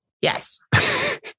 Yes